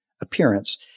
appearance